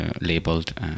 labeled